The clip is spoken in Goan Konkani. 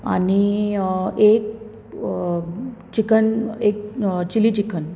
आनी एक चिकन एक चिली चिकन